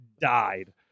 Died